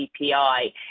CPI